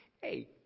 Hey